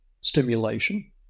stimulation